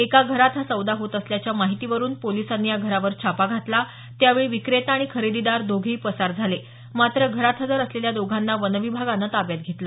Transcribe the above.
एका घरात हा सौदा होत असल्याच्या माहितीवरून पोलिसांनी या घरावर छापा घातला त्यावेळी विक्रेता आणि खरेदीदार दोघेही पसार झाले मात्र घरात हजर असलेल्या दोघांना वनविभागानं ताब्यात घेतलं